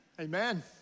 Amen